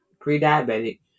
pre-diabetic